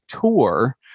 Tour